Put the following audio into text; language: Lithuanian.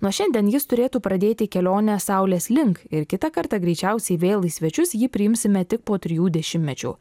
nuo šiandien jis turėtų pradėti kelionę saulės link ir kitą kartą greičiausiai vėl į svečius jį priimsime tik po trijų dešimtmečių